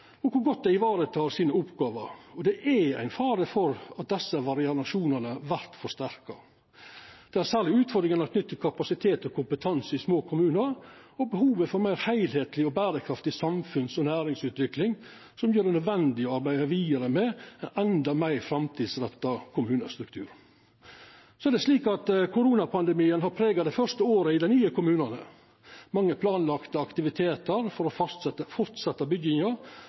og kor godt dei varetek oppgåvene sine, og det er ein fare for at desse variasjonane vert forsterka. Det er særleg utfordringane knytte til kapasitet og kompetanse i små kommunar og behovet for ei meir heilskapleg og berekraftig samfunns- og næringsutvikling som gjer det nødvendig å arbeida vidare med ein endå meir framtidsretta kommunestruktur. Det er slik at koronapandemien har prega det første året i dei nye kommunane. Mange planlagde aktiviteter for å